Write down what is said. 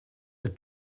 that